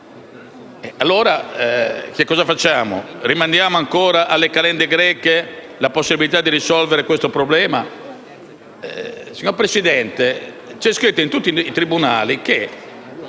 i figli. Cosa facciamo allora? Rimandiamo ancora alle calende greche la possibilità di risolvere questo problema? Signor Presidente, è scritto in tutti i tribunali non